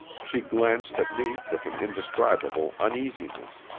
she glanced at me with an indescribable uneasiness.